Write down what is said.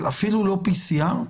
אבל אפילו לא PCR?